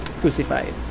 crucified